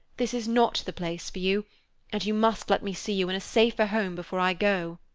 this is not the place for you and you must let me see you in a safer home before i go,